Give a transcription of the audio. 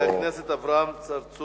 חבר הכנסת עפו אגבאריה שאל את השר להגנת